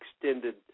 extended